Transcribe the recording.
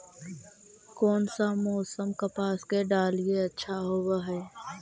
कोन सा मोसम कपास के डालीय अच्छा होबहय?